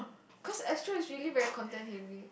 because Astro is really very content heavy